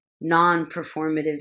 non-performative